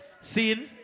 See